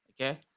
okay